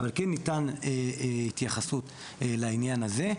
אבל כן ניתנה התייחסות לעניין הזה.